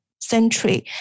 century